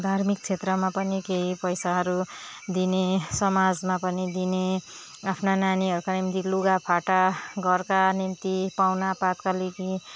धार्मिक क्षेत्रमा पनि केही पैसाहरू दिने समाजमा पनि दिने आफ्ना नानीहरूका निम्ति लुगा फाटा घरका निम्ति पाहुना पातका लागि